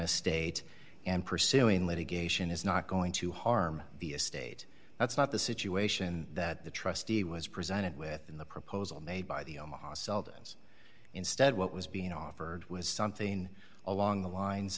estate and pursuing litigation is not going to harm the estate that's not the situation that the trustee was presented with in the proposal made by the omaha seldon's instead what was being offered was something along the lines